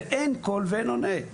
ואין קול ואין עונה.